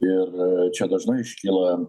ir čia dažnai iškyla